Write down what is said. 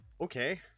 okay